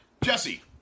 Jesse